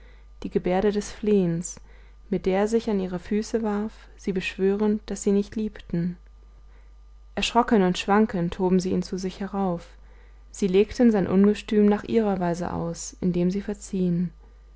die gebärde des flehens mit der er sich an ihre füße warf sie beschwörend daß sie nicht liebten erschrocken und schwankend hoben sie ihn zu sich herauf sie legten sein ungestüm nach ihrer weise aus indem sie verziehen